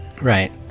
right